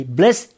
bless